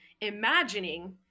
Imagining